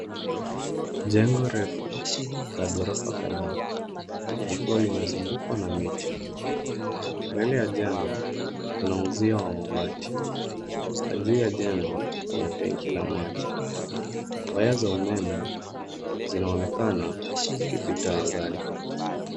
Jengo refu la ghorofa kadhaa likiwa limezungukwa na miti. Mbele ya jengo kuna uzio wa mabati na juu ya jengo kuna tanki la maji. Waya za umeme zinaonekana zikipita angani.